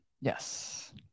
Yes